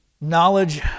Knowledge